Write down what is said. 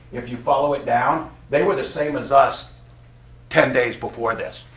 if you follow it down, they were the same as us ten days before this.